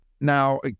Now